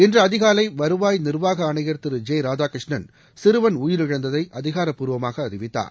இன்று அதிகாலை வருவாய் நிர்வாக ஆணையர் திரு ஜே ராதாகிருஷ்ணன் சிறுவன் உயிரிழந்ததை அதிகாரப்பூர்வமாக அறிவித்தார்